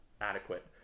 adequate